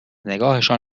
نگاهشان